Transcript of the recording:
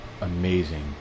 amazing